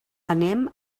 anem